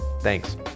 Thanks